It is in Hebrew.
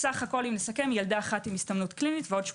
כלומר ילדה אחת עם הסתמנות קלינית ועוד 8